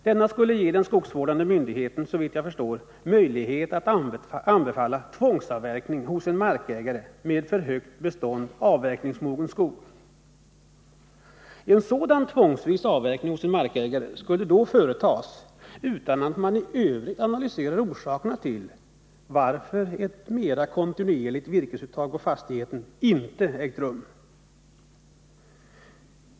Denna skulle — såvitt jag förstår — ge den skogsvårdande myndigheten möjlighet att anbefalla tvångsavverkning hos en markägare med för högt bestånd avverkningsmogen skog. En sådan tvångsvis avverkning hos en markägare skulle då företas utan att man i övrigt analyserar orsakerna till varför ett mera kontinuerligt virkesuttag på fastigheten inte ägt rum.